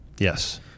yes